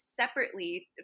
separately